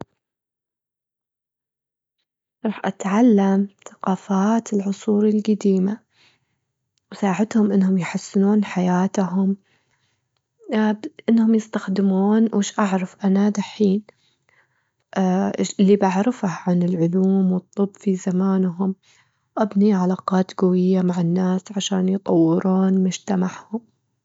راح أتعلم ثقافات العصور الجديمة، أساعدهم إنهم يحسنون حياتهم، إنهم يستخدمون ويش أعرف أنا دة حين، اللي بعرفه عن العلوم والطب في زمانهم، أبني علاقات جوية مع الناس عشان يطورون مجتمعهم.